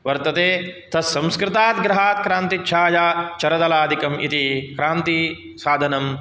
वर्तते तत्संस्कृतात् ग्रहात् क्रान्तिच्छायाचरदलादिकम् इति क्रान्तिसाधनं